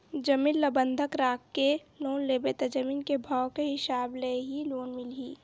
जमीन ल बंधक राखके लोन लेबे त जमीन के भाव के हिसाब ले ही लोन मिलही